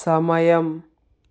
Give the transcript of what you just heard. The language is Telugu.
సమయం